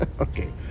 Okay